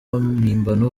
mpimbano